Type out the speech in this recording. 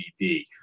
DVD